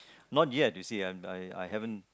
not yet you see I I I haven't